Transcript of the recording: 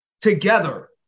together